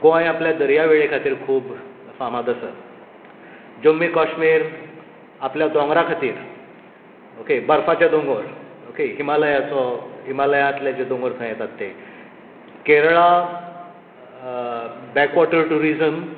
गोंय आपल्या दर्यावेळे खातीर खूब फामाद आसा जम्मू काश्मिर आपल्या दोंगरा खातीर ओके बर्फाचे दोंगर ओके हिमालयाचो हिमालयातले जे दोंगर खंय येतात ते केरळा बॅक वॉटर टुरिझम